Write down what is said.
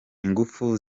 ingufu